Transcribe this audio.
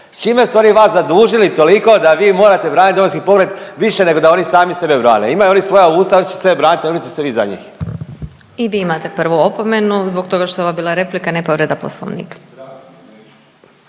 čime su oni vas zadužili toliko da vi morate braniti Domovinski pokret više nego da oni sami sebe brane. Imaju oni svoja usta, oni će se braniti, ne brinite se vi za njih. **Glasovac, Sabina (SDP)** I vi imate prvu opomenu zbog toga što je ovo bila replika, ne povreda Poslovnika.